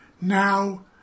Now